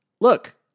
look